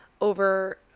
over